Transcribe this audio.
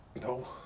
No